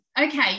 okay